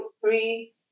three